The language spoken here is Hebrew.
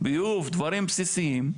ביוב ודברים בסיסיים,